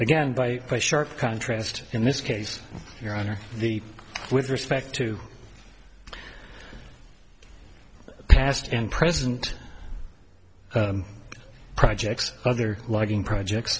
again by by sharp contrast in this case your honor the with respect to past and present projects other lighting project